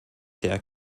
der